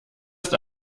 ist